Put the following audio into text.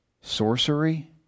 sorcery